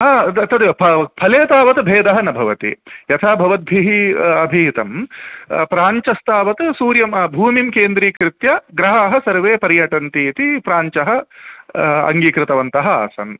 ह तद् तदेव फले तावत् भेदः न भवति यथा भवद्भिः अभिहितं प्राञ्चस्तावत् सूर्यम् भूमिं केन्द्रीकृत्य ग्रहाः सर्वे पर्यटन्ति इति प्राञ्चः अङ्गीकृतवन्तः आसन्